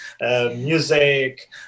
music